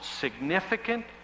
significant